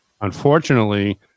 unfortunately